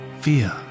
fear